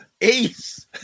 Ace